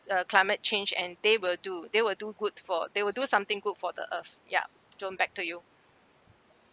uh climate change and they will do they will do good for they would do something good for the earth ya john back to you